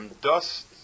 Dust